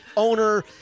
owner